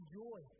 joy